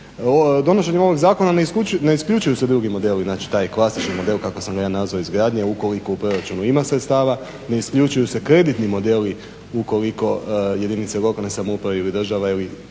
Donošenjem ovog zakona ne isključuju se drugi modeli, znači taj klasični model kako sam ga ja nazvao izgradnje, ukoliko u proračunu ima sredstava, ne isključuju se kreditni modeli ukoliko jedinice lokalne samouprave ili država ili